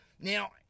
Now